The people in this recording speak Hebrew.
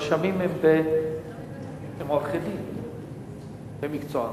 רשמים הם עורכי-דין במקצועם.